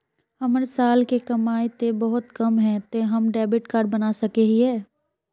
हमर साल के कमाई ते बहुत कम है ते हम डेबिट कार्ड बना सके हिये?